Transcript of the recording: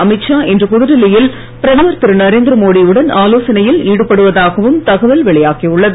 அமித்ஷா இன்று புதுடெல்லியில் பிரதமர் திரு நரேந்திர மோடியுடன் ஆலோசனையில் ஈடுபடுவதாகவும் தகவல் வெளியாகியுள்ளது